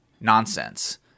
nonsense